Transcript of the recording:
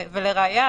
ולראיה,